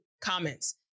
comments